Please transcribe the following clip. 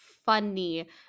funny